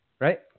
Right